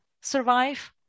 survive